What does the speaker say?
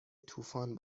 طوفان